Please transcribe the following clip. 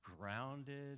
grounded